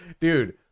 Dude